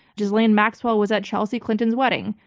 ghislaine maxwell was at chelsea clinton's wedding.